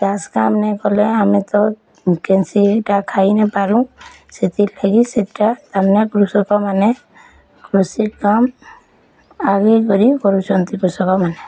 ଚାଷ୍ କାମ୍ ନାହିଁ କଲେ ଆମେ ତ କେନ୍ସିଟା ଖାଇ ନେଇପାରୁଁ ସେଥିର୍ ଲାଗି ସେଟା ଆମ କୃଷକମାନେ କୃଷି କାମ୍ ଆଗେଇ କରି କରୁଛନ୍ତି କୃଷକମାନେ